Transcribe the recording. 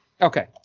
Okay